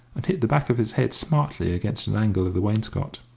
and hit the back of his head smartly against an angle of the wainscot.